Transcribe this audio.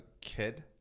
kid